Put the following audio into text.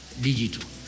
Digital